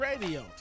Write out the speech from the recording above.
Radio